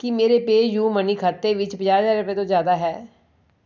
ਕੀ ਮੇਰੇ PayU money ਖਾਤੇ ਵਿੱਚ ਪੰਜਾਹ ਹਜ਼ਾਰ ਰੁਪਈਏ ਤੋਂ ਜ਼ਿਆਦਾ ਹੈ